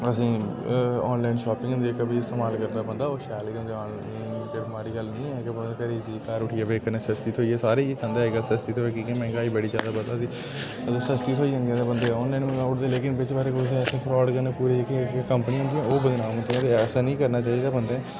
असें ई online shopping दा जेकर इस्तेमाल करदा बंदा ओह् शैल गै कोई माड़ी गल्ल निं ऐ कि कन्नै चीज़ घर उठी आवै कन्नै सस्ती थ्होई जा सारे इ'यै चाहंदे अज्जकल सस्ती थ्होई जा क्योंकि मैह्ंगाई बड़ी जादा बधा दी ते सस्ती थ्होई जन्दी ते बंदे ऑनलाइन मंगाऊ उड़दे लेकिन बिच बारे ऐसे कुसै फ्रॉड कन्नै कोई कंपनी होंदी ओह् बड़ी माड़ी होन्दियां ऐसा निं करना चाहिदा बंदें